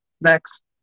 Next